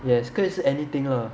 yes 可以是 anything lah